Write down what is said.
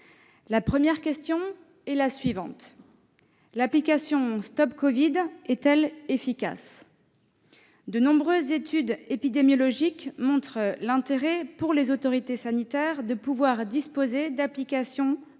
la première question est la suivante : l'application StopCovid est-elle efficace ? De nombreuses études épidémiologiques montrent l'intérêt que présentent, pour les autorités sanitaires, les applications